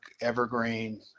Evergreen